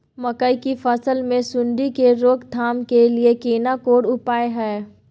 मकई की फसल मे सुंडी के रोक थाम के लिये केना कोन उपाय हय?